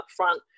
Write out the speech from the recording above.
upfront